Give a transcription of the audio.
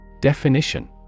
Definition